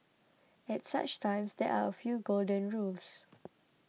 at such times there are a few golden rules